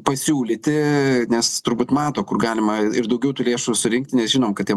pasiūlyti nes turbūt mato kur galima ir daugiau tų lėšų surinkti nes žinom kad tie